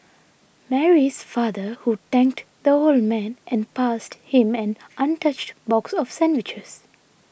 Mary's father who thanked the old man and passed him an untouched box of sandwiches